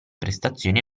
prestazioni